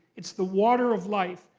it's the water of life.